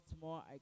more